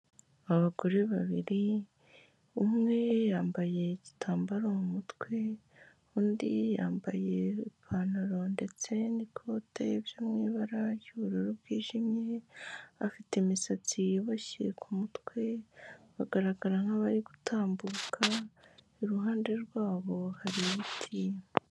Abagore babiri, umwe yambaye igitambaro mu mutwe, undi yambaye ipantaro ndetse n'ikote byo mu ibara ry'ubururu bwijimye afite imisatsi yuboshye ku mutwe bagaragara nk'abari gutambuka iruhande rwabo hari ibiti.